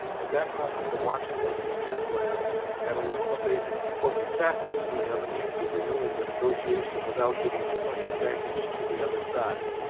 at that moment the watchfulness of deerslayer had a little abated, for he sat musing on the means of renewing the negotiation without giving too much advantage to the other side.